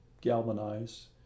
galvanize